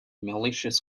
malicious